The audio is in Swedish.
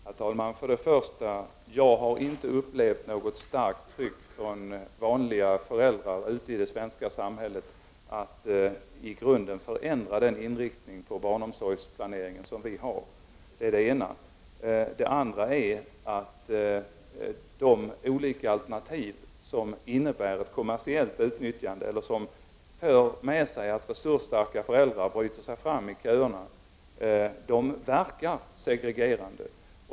Herr talman! För det första har jag inte upplevt något starkt tryck från vanliga föräldrar ute i svenska samhället att i grunden förändra den inriktning på barnomsorgsplaneringen som vi har. Det är det ena. För det andra för de olika kommersiella alternativen med sig att resursstarka föräldrar tar sig fram i köerna, vilket verkar segregerande.